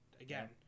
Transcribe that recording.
again